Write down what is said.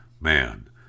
man